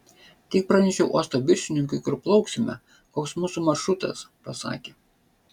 tik pranešiau uosto viršininkui kur plauksime koks mūsų maršrutas pasakė